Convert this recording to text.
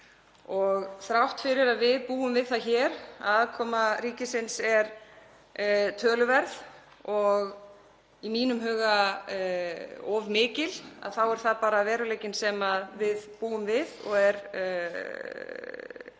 Þrátt fyrir að við búum við það hér að aðkoma ríkisins er töluverð og í mínum huga of mikil þá er það bara veruleikinn sem við búum við og fléttast